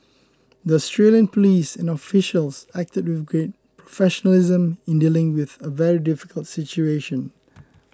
the Australian police and officials acted with great professionalism in dealing with a very difficult situation